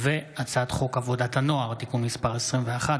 הצעת חוק עבודת הנוער (תיקון מס' 21),